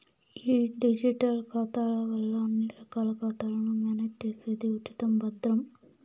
ఈ డిజిటల్ ఖాతాల వల్ల అన్ని రకాల ఖాతాలను మేనేజ్ చేసేది ఉచితం, భద్రం